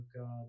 God